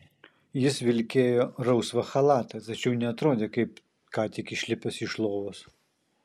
jis vilkėjo rausvą chalatą tačiau neatrodė kaip ką tik išlipęs iš lovos